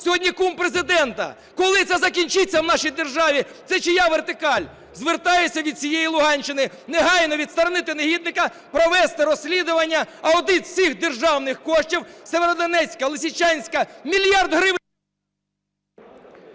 сьогодні кум Президента! Коли це закінчиться в нашій державі? Це чия вертикаль? Звертаюся від всією Луганщини: негайно відсторонити негідника, провести розслідування, аудит всіх державних коштів Сєвєродонецька, Лисичанська, мільярд гривень...